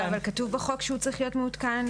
אבל כתוב בחוק שהוא צריך להיות מעודכן